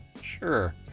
Sure